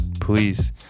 please